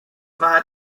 war